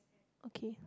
okay